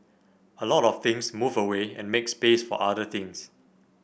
a lot of things move away and make space for other things